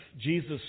Jesus